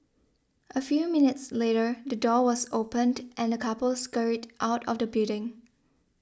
a few minutes later the door was opened and the couple scurried out of the building